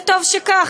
וטוב שכך.